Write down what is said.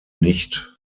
nicht